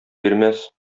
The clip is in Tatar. бирмәс